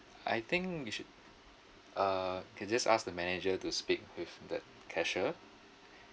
I think you should uh can just ask the manager to speak with the cashier